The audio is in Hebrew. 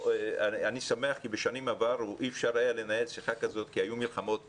אני שמח כי בשנים עברו אי אפשר היה לנהל שיחה כזאת כי היו מלחמות כאן.